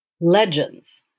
legends